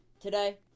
today